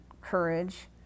courage